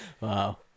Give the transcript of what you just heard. Wow